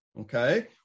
Okay